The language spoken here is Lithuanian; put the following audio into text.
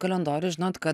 kalendorių žinot kad